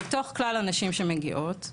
מתוך כלל הנשים שמגיעות,